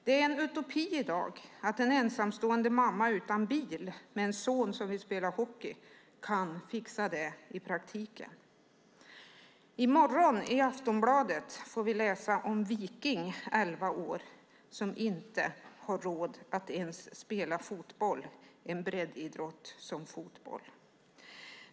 Det är en utopi att en ensamstående mamma med en son som vill spela hockey i praktiken kan fixa det utan bil. I morgondagens Aftonbladet får vi läsa om Viking, 11 år, som inte har råd att ens spela fotboll som ju är en breddidrott.